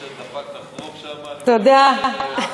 אחרי שדפקת את, שם, אני מקווה שתעצרי.